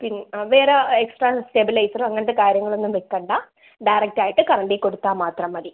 പിന്നെ വേറെ എക്സ്ട്രാ സ്റ്റെബിലൈസറും അങ്ങനത്തെ കാര്യങ്ങളൊന്നും വയ്ക്കണ്ട ഡയറക്റ്റായിട്ട് കറണ്ടിൽ കൊടുത്താൽ മാത്രം മതി